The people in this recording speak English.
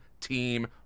Team